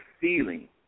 feeling